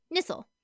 Nissel